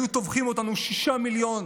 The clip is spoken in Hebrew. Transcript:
היו טובחים בנו שישה מיליון